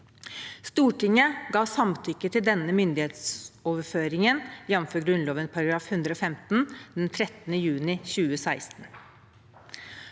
Stortinget ga samtykke til denne myndighetsoverføringen, jf. Grunnloven § 115, den 13. juni 2016.